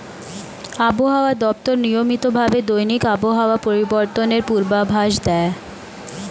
আবহাওয়া দপ্তর নিয়মিত ভাবে দৈনিক আবহাওয়া পরিবর্তনের পূর্বাভাস দেয়